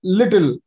little